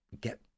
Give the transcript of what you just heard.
get